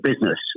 business